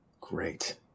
Great